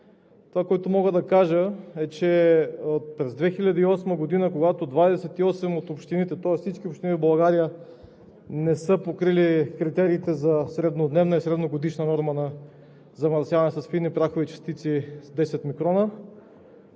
Това, което мога да кажа, е, че през 2008 г. 28 от общините – тоест всички общини в България, не са покривали критериите за среднодневна и средногодишна норма на замърсяване с фини прахови частици с 10 микрона,